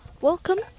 welcome